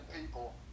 people